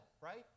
right